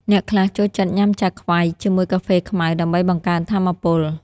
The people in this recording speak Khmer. អ្នកខ្លះចូលចិត្តញ៉ាំចាខ្វែ ជាមួយកាហ្វេខ្មៅដើម្បីបង្កើនថាមពល។